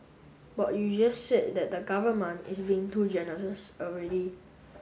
but you just said that the government is being too generous already